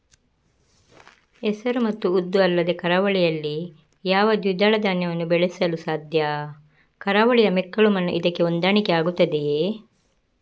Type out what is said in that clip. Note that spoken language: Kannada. ಹೆಸರು ಮತ್ತು ಉದ್ದು ಅಲ್ಲದೆ ಕರಾವಳಿಯಲ್ಲಿ ಯಾವ ದ್ವಿದಳ ಧಾನ್ಯವನ್ನು ಬೆಳೆಯಲು ಸಾಧ್ಯ? ಕರಾವಳಿಯ ಮೆಕ್ಕಲು ಮಣ್ಣು ಇದಕ್ಕೆ ಹೊಂದಾಣಿಕೆ ಆಗುತ್ತದೆಯೇ?